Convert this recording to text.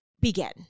begin